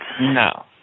No